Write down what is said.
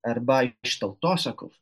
arba iš tautosakos